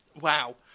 wow